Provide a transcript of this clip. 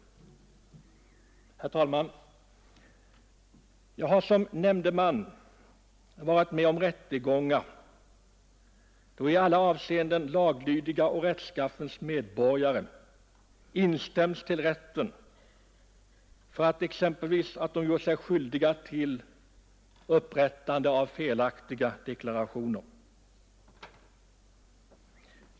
Herr talman! Jag har som nämndeman varit med om rättegångar där i alla avseenden laglydiga och rättskaffens medborgare instämts till rätten för att de exempelvis gjort sig skyldiga till upprättande av felaktiga deklarationer.